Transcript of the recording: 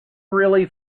really